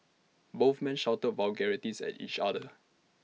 both men shouted vulgarities at each other